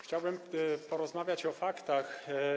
Chciałbym porozmawiać o faktach.